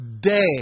day